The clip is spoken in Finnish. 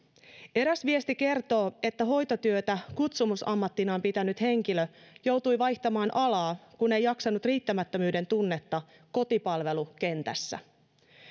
eräs viesti kertoo että hoitotyötä kutsumusammattinaan pitänyt henkilö joutui vaihtamaan alaa kun ei jaksanut riittämättömyyden tunnetta kotipalvelukentässä